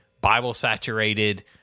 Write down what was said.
Bible-saturated